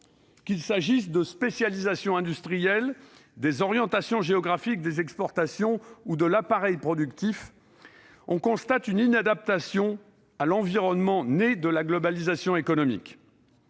Qu'il s'agisse de spécialisation industrielle, d'orientation géographique des exportations ou de l'appareil productif, on constate une inadaptation à l'environnement, née de la globalisation économique.